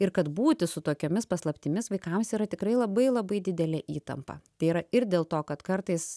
ir kad būti su tokiomis paslaptimis vaikams yra tikrai labai labai didelė įtampa tai yra ir dėl to kad kartais